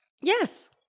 Yes